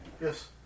Yes